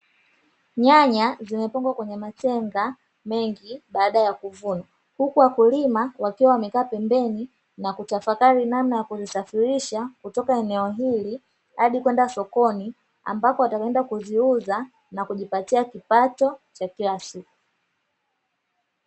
Nyanya zimewekwa kwenye matenga mengi baada ya kuvunwa, huku wa kulima wakiwa wamekaa pembeni na kutafakari namna ya kuzisafirisha kutoka eneo hili hadi kwenda sokoni ambako ataenda kuziuza na kujipatia kipato cha kila siku.